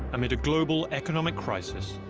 amid a global economic crisis.